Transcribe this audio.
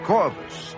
Corvus